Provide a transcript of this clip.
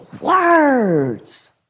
words